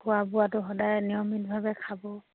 খোৱা বোৱাটো সদায় নিয়মিতভাৱে খাব